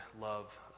love